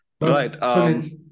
Right